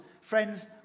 friends